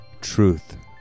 Truth